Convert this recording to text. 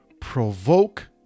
provoke